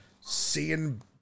Seeing